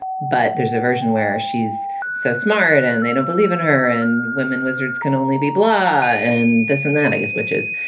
but there's a version where she's so smart and they don't believe in her. and women wizards can only be blah. and this analagous, which is,